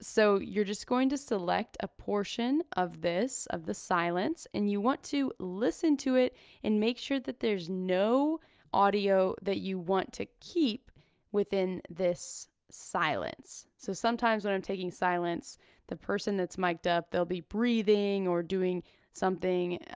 so you're just going to select a portion of this, of the silence, and you want to listen to it and make sure that there's no audio that you want to keep within this silence. so sometimes when i'm taking silence the person that's mic'd up, they'll be breathing or doing something,